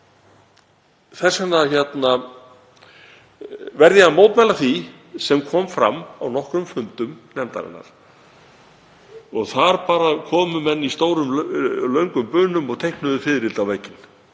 Þess vegna verð ég að mótmæla því sem fram kom á nokkrum fundum nefndarinnar. Þar komu menn í löngum bunum og teiknuðu fiðrildi á vegginn;